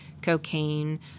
cocaine